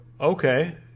Okay